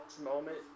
moment